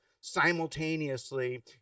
simultaneously